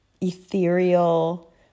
ethereal